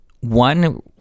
One